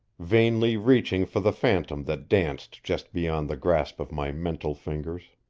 vainly reaching for the phantom that danced just beyond the grasp of my mental fingers.